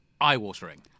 eye-watering